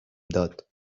داد